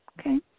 Okay